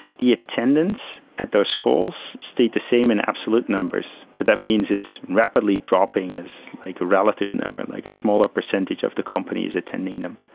the attendance at those calls state the same in absolute numbers. but that means it's rapidly dropping is like a relative number, like a smaller percentage of the company is attending them.